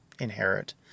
inherit